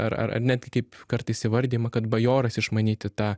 ar ar ar netgi kaip kartais įvardijama kad bajoras išmanyti tą